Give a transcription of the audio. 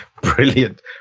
Brilliant